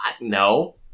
No